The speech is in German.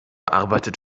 arbeitet